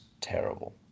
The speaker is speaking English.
terrible